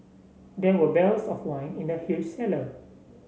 there were barrels of wine in the huge cellar